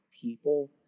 people